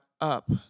up